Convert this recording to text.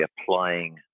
applying